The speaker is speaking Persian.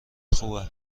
خوبه